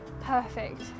perfect